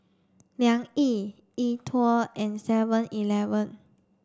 Liang Yi E TWOW and seven eleven